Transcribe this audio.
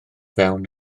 fewn